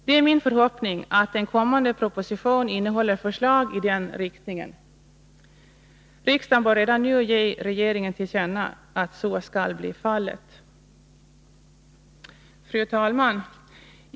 Det är min förhoppning att en kommande proposition innehåller förslag i den riktningen. Riksdagen bör redan nu ge regeringen till känna att så skall bli fallet. Fru talman!